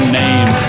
name